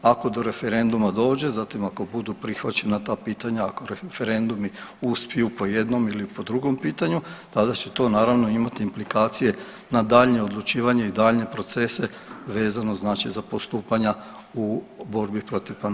Ako do referenduma dođe, zatim ako budu prihvaćena ta pitanja, ako referendumi uspiju po jednom ili po drugom pitanju tada će to naravno imati implikacije na daljnje odlučivanje i daljnje procese vezano, znači za postupanja u borbi protiv pandemije.